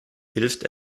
hilft